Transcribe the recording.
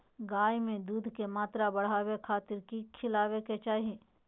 गाय में दूध के मात्रा बढ़ावे खातिर कि खिलावे के चाही?